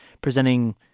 presenting